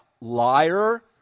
Liar